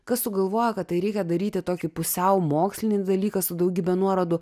kas sugalvojo kad tai reikia daryti tokį pusiau mokslinį dalyką su daugybe nuorodų